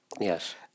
Yes